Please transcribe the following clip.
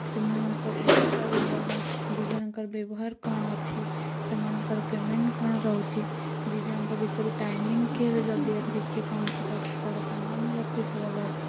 ସେମାନଙ୍କ ଉବେର୍ ଆଉ ଓଲାର ଦୁଇ ଜଣଙ୍କର ବ୍ୟବହାର କ'ଣ ଅଛି ସେମାନଙ୍କର ପେମେଣ୍ଟ୍ କ'ଣ ରହୁଛି ଦୁଇ ଜଣଙ୍କ ଭିତରୁ ଟାଇମିଂ କିଏରେ ଜଲ୍ଦି ଆସିକି ପହଞ୍ଚି ପାରୁଛି କାର ସମୟାନୁବର୍ତ୍ତୀତ ଭଲ ଅଛି